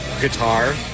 guitar